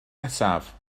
nesaf